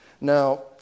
Now